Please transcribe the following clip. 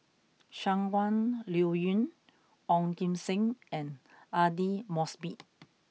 Shangguan Liuyun Ong Kim Seng and Aidli Mosbit